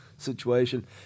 Situation